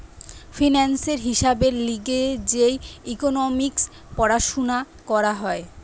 ফিন্যান্সের হিসাবের লিগে যে ইকোনোমিক্স পড়াশুনা করা হয়